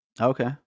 Okay